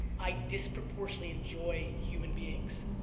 i disproportionately enjoy human beings.